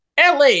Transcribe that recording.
LA